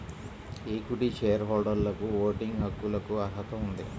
equity share హోల్డర్లకుఓటింగ్ హక్కులకుఅర్హత ఉంది